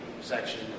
section